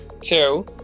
Two